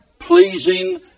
pleasing